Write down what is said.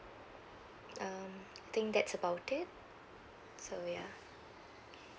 mm I think that's about it so ya